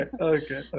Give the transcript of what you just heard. okay